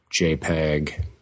JPEG